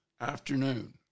afternoon